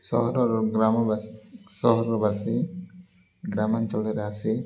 ସହରର ଗ୍ରାମବାସୀ ସହରବାସୀ ଗ୍ରାମାଞ୍ଚଳରେ ଆସେ